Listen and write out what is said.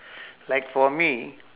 like for me